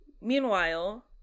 Meanwhile